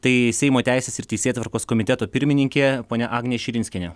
tai seimo teisės ir teisėtvarkos komiteto pirmininkė ponia agnė širinskienė